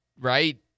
right